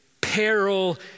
peril